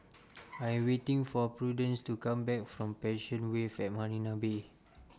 I Am waiting For Prudence to Come Back from Passion Wave At Marina Bay